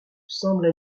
semble